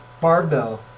barbell